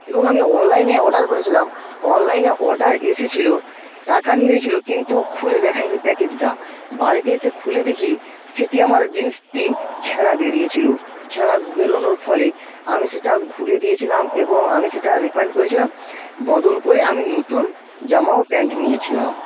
এবং আমি অনলাইনে অর্ডার করেছিলাম অনলাইনে অর্ডার এসেছিল টাকা নিয়েছিল কিন্তু খুলে দেখায়নি প্যাকেজটা বাড়িতে এসে খুলে দেখি সেটি আমার জিন্সটি ছেঁড়া বেরিয়েছিল ছেঁড়া বেরনোর ফলে আমি সেটা ঘুরিয়ে দিয়েছিলাম এবং আমি সেটা রিফান্ড করেছিলাম বদল করে আমি নতুন জামা ও প্যান্ট নিয়েছিলাম